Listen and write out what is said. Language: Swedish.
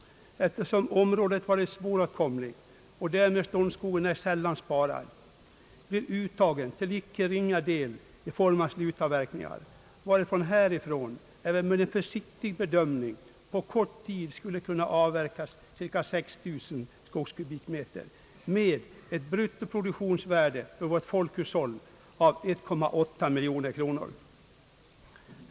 Då området varit svåråtkomligt och därmed ståndskogen ej sällan sparad, får uttagen till icke ringa del formen av slutavverkningar, varför härifrån även med en försiktig bedömning på kort tid skulle kunna avverkas cirka 6 000 kubikmeter skog med ett bruttoproduktionsvärde för vårt folkhushåll av 1,8 miljon kronor.